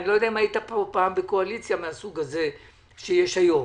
אם היית כאן פעם בקואליציה מהסוג הזה שיש היום.